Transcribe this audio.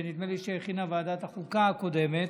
ונדמה לי שהכינה ועדת החוקה הקודמת,